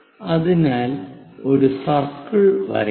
അതിനാൽ ഒരു സർക്കിൾ വരയ്ക്കുക